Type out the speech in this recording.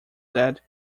that